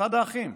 אחד האחים.